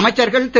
அமைச்சர்கள் திரு